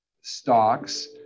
stocks